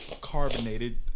carbonated